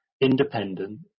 independent